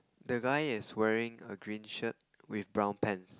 the guy is wearing a green shirt with brown pants